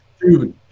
Dude